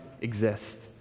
exist